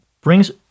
brings